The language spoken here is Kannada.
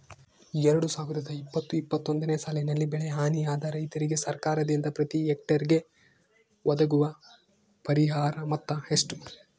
ಎರಡು ಸಾವಿರದ ಇಪ್ಪತ್ತು ಇಪ್ಪತ್ತೊಂದನೆ ಸಾಲಿನಲ್ಲಿ ಬೆಳೆ ಹಾನಿಯಾದ ರೈತರಿಗೆ ಸರ್ಕಾರದಿಂದ ಪ್ರತಿ ಹೆಕ್ಟರ್ ಗೆ ಒದಗುವ ಪರಿಹಾರ ಮೊತ್ತ ಎಷ್ಟು?